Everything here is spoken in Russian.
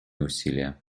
усилия